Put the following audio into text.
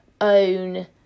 own